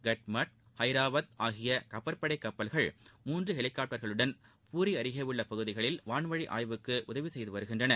கட்மாட் ஜாவத் ஆகிய கப்பற்படை கப்பல்கள் மூன்று ஹெலிகாப்டர்களுடன் பூரி அருகே உள்ள பகுதிகளில் வான்வழி ஆய்வுக்கு உதவி செய்து வருகின்றன